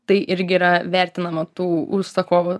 tai irgi yra vertinama tų užsakovų